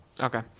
Okay